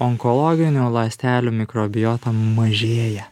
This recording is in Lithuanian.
onkologinių ląstelių mikrobioto mažėja